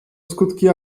skutki